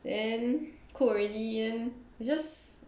then cook already then it's just